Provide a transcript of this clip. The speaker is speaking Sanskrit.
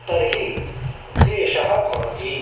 तर्हि क्लेशः भवति